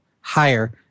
higher